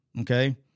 okay